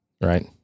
Right